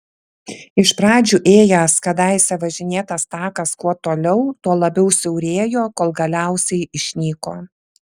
iš pradžių ėjęs kadaise važinėtas takas kuo toliau tuo labiau siaurėjo kol galiausiai išnyko